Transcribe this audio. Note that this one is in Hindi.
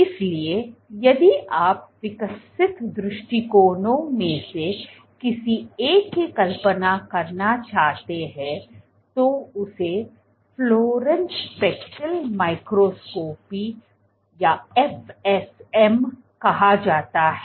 इसलिए यदि आप विकसित दृष्टिकोणों में से किसी एक की कल्पना करना चाहते हैं तो उसे फ्लोरेसेंस स्पेक्ल माइक्रोस्कोपी या FSM कहा जाता है